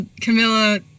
Camilla